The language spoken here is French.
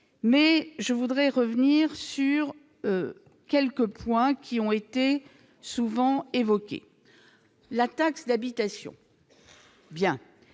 mais je voudrais revenir sur quelques points qui ont été souvent évoquée, la taxe d'habitation